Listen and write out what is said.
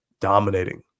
dominating